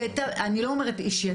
אני לא אומרת אישי,